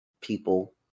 people